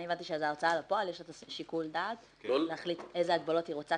אני הבנתי שלהוצאה לפועל יש את שיקול הדעת להחליט איזה הגבלות היא רוצה,